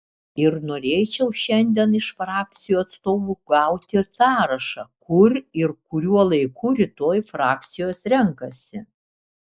ir norėčiau šiandien iš frakcijų atstovų gauti sąrašą kur ir kuriuo laiku rytoj frakcijos renkasi